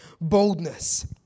boldness